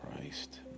Christ